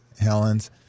Helens